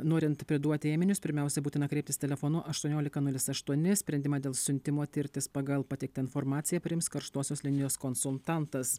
norint priduoti ėminius pirmiausia būtina kreiptis telefonu aštuoniolika nulis aštuoni sprendimą dėl siuntimo tirtis pagal pateiktą informaciją priims karštosios linijos konsultantas